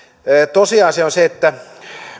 tosiasia on se että